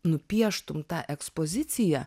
nupieštum tą ekspoziciją